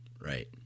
Right